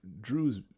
Drew's